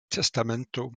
testamento